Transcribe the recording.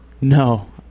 No